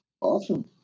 awesome